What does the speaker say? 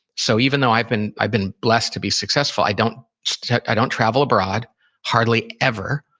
so even though i've been i've been blessed to be successful, i don't i don't travel abroad hardly ever.